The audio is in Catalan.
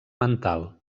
mental